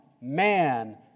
man